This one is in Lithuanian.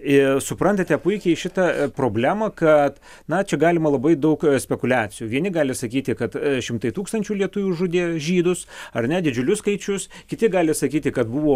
ir suprantate puikiai šitą problemą kad na čia galima labai daug spekuliacijų vieni gali sakyti kad šimtai tūkstančių lietuvių žudė žydus ar ne didžiulius skaičius kiti gali sakyti kad buvo